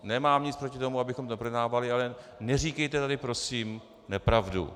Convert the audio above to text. Nemám nic proti tomu, abychom to neprojednávali, ale neříkejte tady prosím nepravdu.